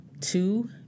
two